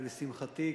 ולשמחתי,